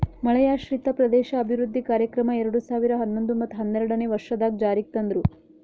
ಮಳೆಯಾಶ್ರಿತ ಪ್ರದೇಶ ಅಭಿವೃದ್ಧಿ ಕಾರ್ಯಕ್ರಮ ಎರಡು ಸಾವಿರ ಹನ್ನೊಂದು ಮತ್ತ ಹನ್ನೆರಡನೇ ವರ್ಷದಾಗ್ ಜಾರಿಗ್ ತಂದ್ರು